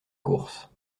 course